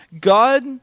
God